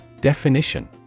Definition